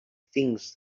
things